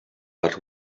but